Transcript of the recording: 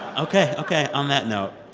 ok. ok. on that note,